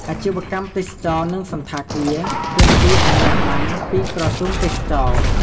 អាជីវកម្មទេសចរណ៍ និងសណ្ឋាគារ ទាមទារអាជ្ញាប័ណ្ណពីក្រសួងទេសចរណ៍។